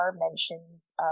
mentions